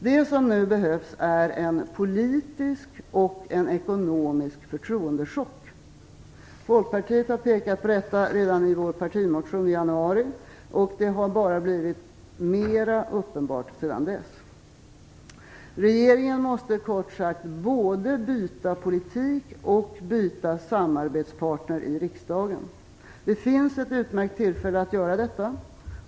Det som nu behövs är en politisk och en ekonomisk förtroendechock. Folkpartiet har pekat på det redan i sin partimotion i januari. Det har bara blivit mera uppenbart sedan dess. Regeringen måste kort sagt både byta politik och samarbetspartner i riksdagen. Det finns ett utmärkt tillfälle att göra detta.